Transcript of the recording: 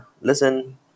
listen